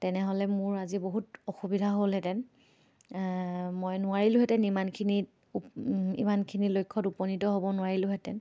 তেনেহ'লে মোৰ আজি বহুত অসুবিধা হ'লহেঁতেন মই নোৱাৰিলোহেঁতেন ইমানখিনিত উ ইমানখিনি লক্ষ্যত উপনীত হ'ব নোৱাৰিলোহেঁতেন